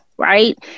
Right